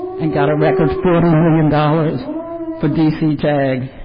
and got a record forty million dollars for d c. tag,